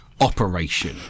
operation